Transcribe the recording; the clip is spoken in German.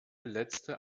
letzte